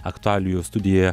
aktualijų studijoje